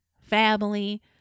family